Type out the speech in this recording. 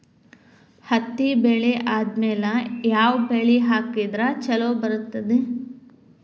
ಹತ್ತಿ ಬೆಳೆ ಆದ್ಮೇಲ ಯಾವ ಬೆಳಿ ಹಾಕಿದ್ರ ಛಲೋ ಬರುತ್ತದೆ?